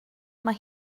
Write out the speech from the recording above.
mae